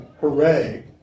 Hooray